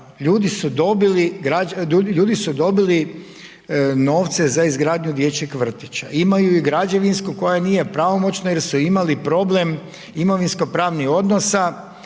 ljudi su dobili novce za izgradnju dječjeg vrtića. Imaju i građevinsku koja nije pravomoćna jer su imali problem imovinsko-pravnih odnosa.